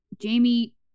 Jamie